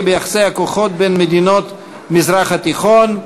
ביחסי הכוחות בין מדינות המזרח התיכון.